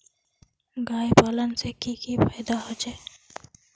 गाय पालने से की की फायदा होचे?